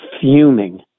fuming